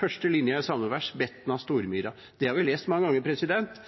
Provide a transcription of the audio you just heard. første linje i et salmevers, Betna–Stormyra. Det har vi lest mange ganger,